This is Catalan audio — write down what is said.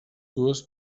dues